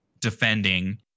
defending